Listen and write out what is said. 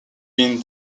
been